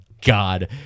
God